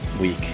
week